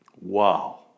Wow